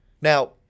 Now